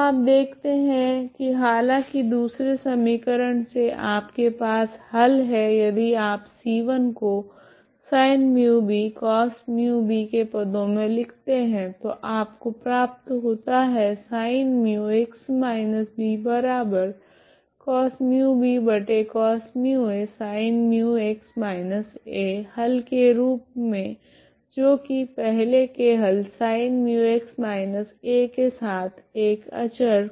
तो आप देखते है की हालांकि दूसरे समीकरण से आपके पास हल है यदि आप c1 को sin μb cos μb के पदो मे लिखते है तो आपको प्राप्त होता है हल के रूप मे जो की पहले के हल sin μx−a के साथ एक अचर